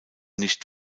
nicht